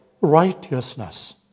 righteousness